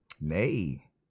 Nay